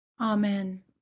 Amen